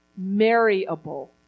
marryable